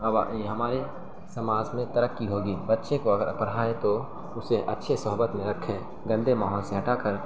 یہ ہمارے سماج میں ترقی ہوگی بچے کو اگر پڑھائیں تو اسے اچھے صحبت میں رکھیں گندے ماحول سے ہٹا کر